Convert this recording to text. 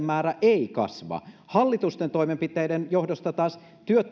määrä ei kasva hallitusten toimenpiteiden johdosta taas